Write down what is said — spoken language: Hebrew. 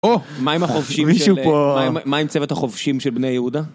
או, מה עם החובשים של... מה עם הצוות החובשים של בני יהודה?